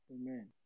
Amen